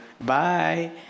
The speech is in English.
Bye